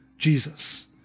Jesus